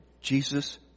Jesus